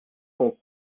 son